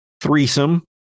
threesome